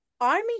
army